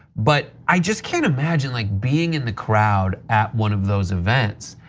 but i just can't imagine like being in the crowd at one of those events.